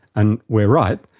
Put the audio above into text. and we're right,